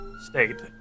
state